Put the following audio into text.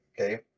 Okay